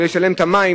לשלם את המים,